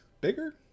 bigger